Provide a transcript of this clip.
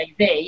AV